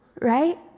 right